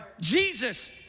Jesus